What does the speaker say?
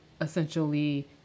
essentially